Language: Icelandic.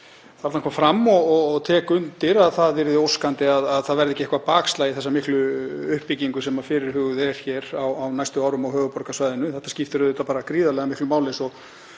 þarna kom fram og tek undir að það er óskandi að það verði ekki eitthvert bakslag í þessa miklu uppbyggingu sem fyrirhuguð er hér á næstu árum á höfuðborgarsvæðinu. Þetta skiptir auðvitað gríðarlega miklu máli,